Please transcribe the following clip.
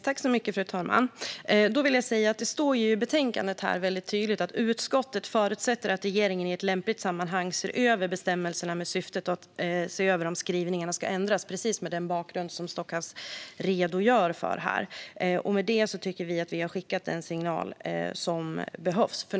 Fru talman! Det står väldigt tydligt i betänkandet att utskottet förutsätter att regeringen i ett lämpligt sammanhang ser över bestämmelserna i syfte att se över om skrivningarna ska ändras, precis mot den bakgrund som Stockhaus redogör för här. Med det tycker vi att vi har skickat den signal som behövs.